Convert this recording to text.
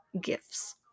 gifts